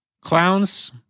Clowns